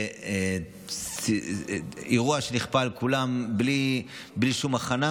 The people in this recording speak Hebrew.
זה אירוע שנכפה על כולם בלי שום הכנה,